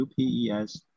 UPES